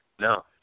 No